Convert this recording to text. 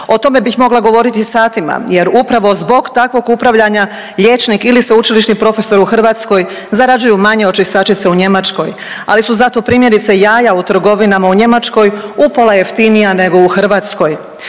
O tome bih mogla govoriti satima jer upravo zbog takvog upravljanja liječnik ili sveučilišni profesor u Hrvatskoj zarađuju manje od čistačice u Njemačkoj, ali su zato primjerice jaja u trgovinama u Njemačkoj upola jeftinija nego u Hrvatskoj.